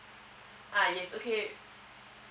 uh yes okay